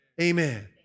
Amen